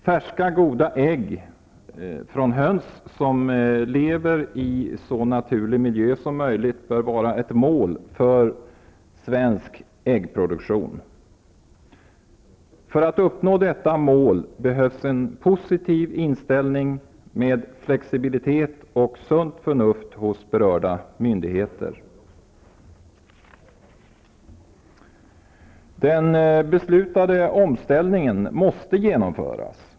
Färska goda ägg från höns som lever i så naturlig miljö som möjligt bör vara ett mål för svensk äggproduktion. För att uppnå detta mål behövs en positiv inställning med flexibilitet och sunt förnuft hos berörda myndigheter. Den beslutade omställningen måste genomföras.